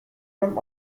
beim